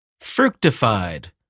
Fructified